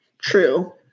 True